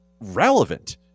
relevant